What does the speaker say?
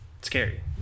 Scary